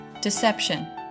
deception